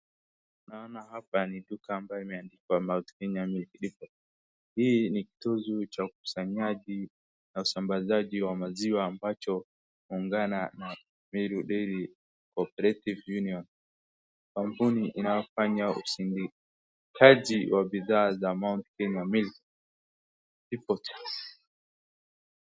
Naona hapa ni duka ambayo imeandikwa Mount Kenya Milk Depot . Hii ni kituo cha ukusanyaji na usambazaji wa maziwa ambacho huungana na Meru Dairy Co-operative Union , kampuni inayofanya usindikaji wa bidhaa za Mount Kenya Milk Depot